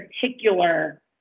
particular